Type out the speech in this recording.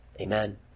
Amen